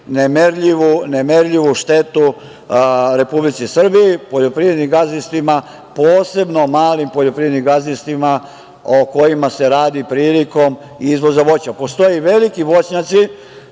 nemerljivu štetu Republici Srbiji, poljoprivrednim gazdinstvima, posebno malim poljoprivrednim gazdinstvima o kojima se radi prilikom izvoza voća. Postoje veliki voćnjaci,